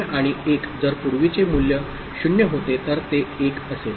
तर हे 0 आणि 1 जर पूर्वीचे मूल्य 0 होते तर ते 1 असेल